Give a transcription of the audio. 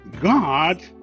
God